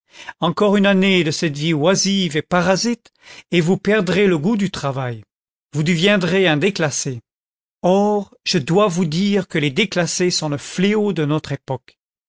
encore une année de cette vie oisive et parasite et vous perdrez le goût du travail vous deviendrez un déclassé or je dois vous dire que les déclassés sont le fléau de notre époque